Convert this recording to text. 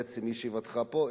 עצם ישיבתך פה,